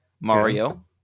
Mario